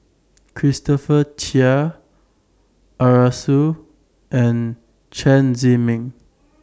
Christopher Chia Arasu and Chen Zhiming